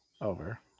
over